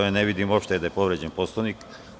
Ne vidim uopšte da je povređen Poslovnik.